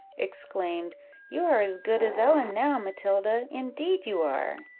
exclaimed you are as good as ellen now, matilda indeed you are!